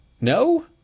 No